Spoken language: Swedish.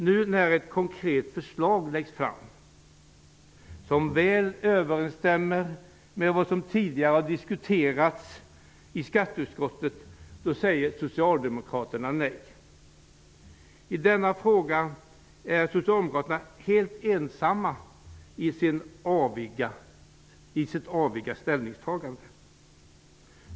Nu när ett konkret förslag läggs fram som väl överensstämmer med vad som tidigare har diskuterats i skatteutskottet säger Socialdemokraterna nej. I denna fråga är Socialdemokraterna helt ensamma om att göra ett avigt ställningstagande.